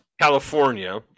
California